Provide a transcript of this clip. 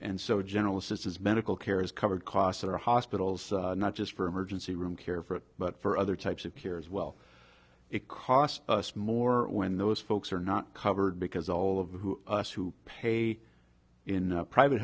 and so general assistance medical care is covered costs are hospitals not just for emergency room care for it but for other types of here as well it cost us more when those folks are not covered because all of us who pay in private